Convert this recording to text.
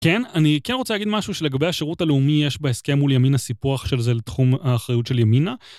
כן, אני כן רוצה להגיד משהו שלגבי השירות הלאומי יש בהסכם מול ימינה סיפוח של זה לתחום האחריות של ימינה